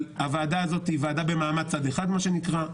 הוועדה הזאת היא במעמד צד אחד, מה שנקרא.